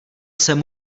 jsem